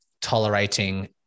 tolerating